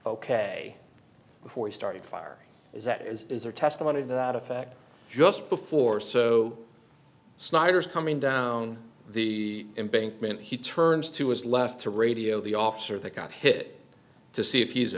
ok before he started firing is that is is there testimony to that effect just before so snyder's coming down the embankment he turns to his left to radio the officer that got hit to see if he's